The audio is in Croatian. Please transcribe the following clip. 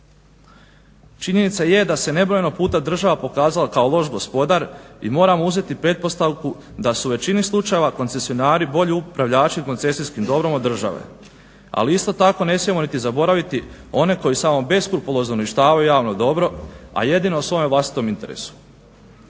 Činjenica je da se nebrojeno puta država pokazala kao loš gospodar i moramo uzeti pretpostavku da su u većini slučajeva koncesionari bolji upravljači koncesijskim dobrom od države. Ali isto tako ne smijemo niti zaboraviti one koji samo beskrupulozno uništavaju javno dobro a jedino o svome vlastitom interesu.